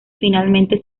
finalmente